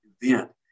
event